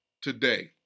today